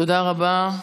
תודה רבה,